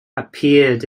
appeared